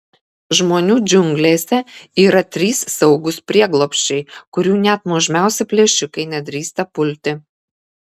žmonių džiunglėse yra trys saugūs prieglobsčiai kurių net nuožmiausi plėšrūnai nedrįsta pulti